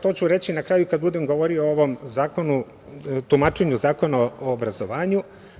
To ću reći na kraju kada budem govorio o tumačenju Zakona o obrazovanju.